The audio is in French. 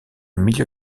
milieu